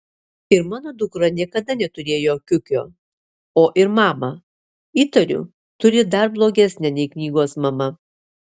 ir mano dukra niekada neturėjo kiukio o ir mamą įtariu turi dar blogesnę nei knygos mama